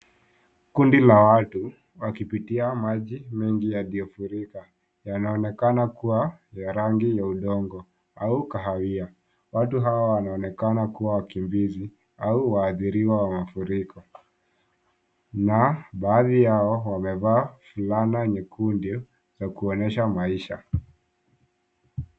Kundi la watu wakipitia maji yaliyofurika. Maji hayo yanaonekana kuwa na rangi ya udongo au kahawia. Watu hao wanaonekana kuwa wakimbizi au waathiriwa wa mafuriko. Baadhi yao wameva fulana nyekundu kuonyesha hali ya maisha.